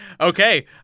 okay